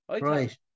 Right